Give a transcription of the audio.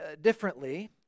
differently